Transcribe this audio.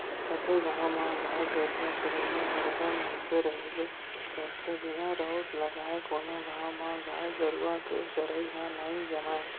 सबे गाँव म गाय गरुवा चरइया बरोबर मनसे रहिबे करथे बिना राउत लगाय कोनो गाँव म गाय गरुवा के चरई ह नई जमय